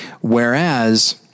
Whereas